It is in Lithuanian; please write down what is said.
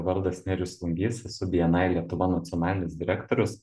vardas nerijus lungys esu bni lietuva nacionalinis direktorius